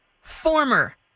former